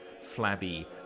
flabby